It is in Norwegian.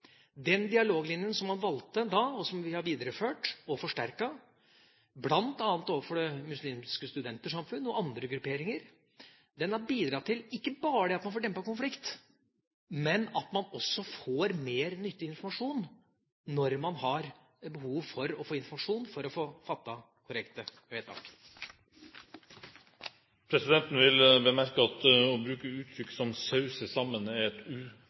Den dialoglinjen som man valgte da, og som vi har videreført og forsterket, bl.a. overfor Muslimsk Studentsamfunn og andre grupperinger, har bidratt ikke bare til at man får dempet konflikt, men at man også får mer nyttig informasjon når man har behov for å få informasjon for å få fattet korrekte vedtak. Presidenten vil bemerke at utrykk som «sauser det hele sammen» er et